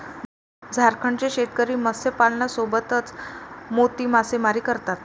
झारखंडचे शेतकरी मत्स्यपालनासोबतच मोती मासेमारी करतात